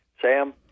Sam